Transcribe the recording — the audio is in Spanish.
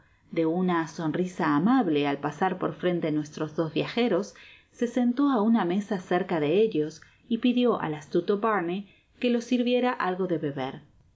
de un sonrisa amable al pasar por frente nuestros dos viajeros se sentó á una mesa cerca de ellos y pidió al astuto barney que le sirviera algo de béber